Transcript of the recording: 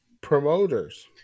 promoters